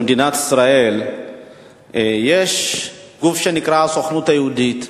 במדינת ישראל יש גוף שנקרא הסוכנות היהודית.